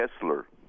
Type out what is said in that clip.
Kessler